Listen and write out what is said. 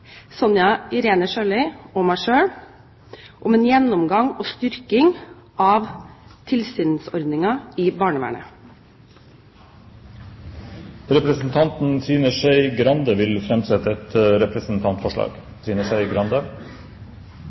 Sonja Irene Sjøli og meg selv, om en gjennomgang og styrking av tilsynsordningen i barnevernet. Representanten Trine Skei Grande vil framsette et representantforslag.